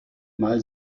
mal